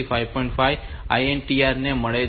5 INTR ને મળી છે